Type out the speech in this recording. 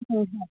হয় হয়